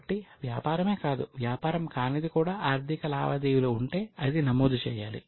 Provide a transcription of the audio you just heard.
కాబట్టి వ్యాపారమే కాదు వ్యాపారం కానిది కూడా ఆర్థిక లావాదేవీలు ఉంటే అది నమోదు చేయాలి